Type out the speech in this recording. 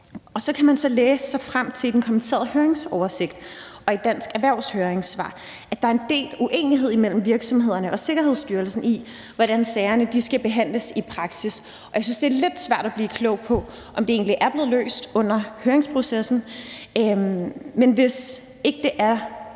Så kan man så læse sig til i den kommenterede høringsoversigt og i Dansk Erhvervs høringssvar, at der er en del uenighed imellem virksomhederne og Sikkerhedsstyrelsen om, hvordan sagerne skal behandles i praksis. Jeg synes, at det er lidt svært at blive klog på, om det egentlig er blevet løst under høringsprocessen, men hvis det ikke